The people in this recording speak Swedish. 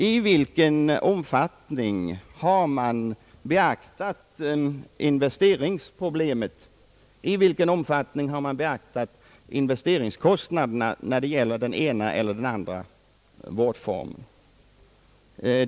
I vilken utsträckning har man beaktat investeringsproblemet och investeringskostnaderna när det gäller den ena eller den andra vårdformen?